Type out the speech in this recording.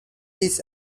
his